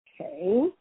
Okay